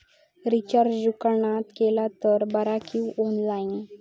Recharge दुकानात केला तर बरा की ऑनलाइन?